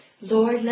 Lord